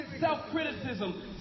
self-criticism